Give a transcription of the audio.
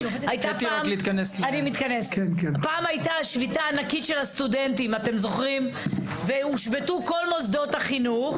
פעם הייתה שביתה ענקית של הסטודנטים והושבתו כל מוסדות החינוך.